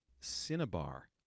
Cinnabar